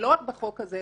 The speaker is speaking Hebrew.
שלא רק בחוק הזה,